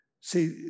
See